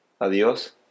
Adios